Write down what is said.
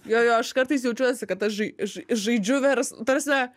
jo jo aš kartais jaučiuosi kad aš žai žai žaidžiu verslą ta prasme